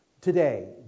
today